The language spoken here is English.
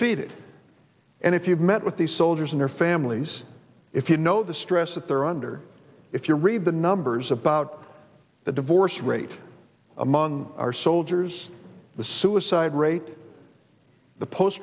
d and if you've met with these soldiers and their families if you know the stress that they're under if you read the numbers about the divorce rate among our soldiers the suicide rate the post